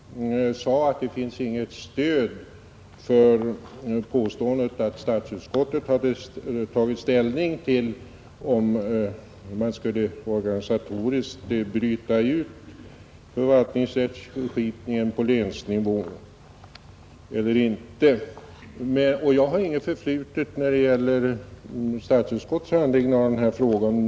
Herr talman! Bara en kort replik till herr Tobé. Herr Tobé sade att det finns inget stöd för påståendet att statsutskottet hade tagit ställning till om man skulle organisatoriskt bryta ut förvaltningsrättskipningen på länsnivå eller inte. Jag har inget förflutet när det gäller statsutskottets handläggning av denna fråga.